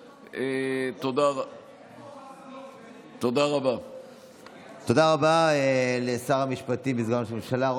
תודה רבה לשר המשפטים וסגן ראש הממשלה.